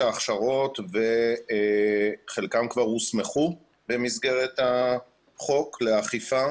ההכשרות וחלקם כבר הוסמכו במסגרת החוק לאכיפה.